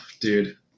dude